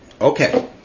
Okay